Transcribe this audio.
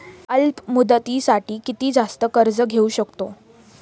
अल्प मुदतीसाठी किती जास्त कर्ज घेऊ शकतो?